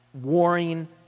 warring